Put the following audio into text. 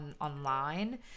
online